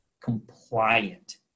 compliant